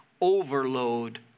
overload